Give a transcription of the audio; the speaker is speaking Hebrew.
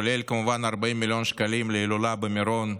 כולל, כמובן, 40 מיליון שקלים להילולה במירון,